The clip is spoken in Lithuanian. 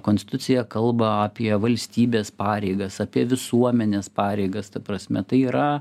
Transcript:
konstitucija kalba apie valstybės pareigas apie visuomenės pareigas ta prasme tai yra